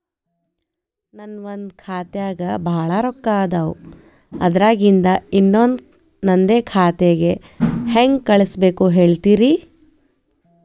ನನ್ ಒಂದ್ ಖಾತ್ಯಾಗ್ ಭಾಳ್ ರೊಕ್ಕ ಅದಾವ, ಅದ್ರಾಗಿಂದ ಇನ್ನೊಂದ್ ನಂದೇ ಖಾತೆಗೆ ಹೆಂಗ್ ಕಳ್ಸ್ ಬೇಕು ಹೇಳ್ತೇರಿ?